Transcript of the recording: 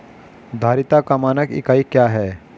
धारिता का मानक इकाई क्या है?